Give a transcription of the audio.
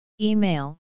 Email